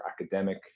academic